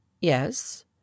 yes